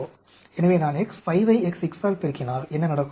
எனவே நான் X5 ஐ X6 ஆல் பெருக்கினால் என்ன நடக்கும்